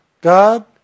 God